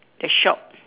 the shop